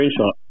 screenshot